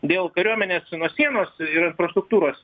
dėl kariuomenės nuo sienos ir infrastruktūros